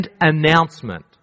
announcement